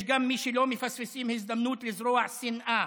יש גם מי שלא מפספסים הזדמנות לזרוע שנאה,